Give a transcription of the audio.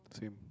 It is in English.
same